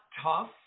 tough